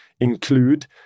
include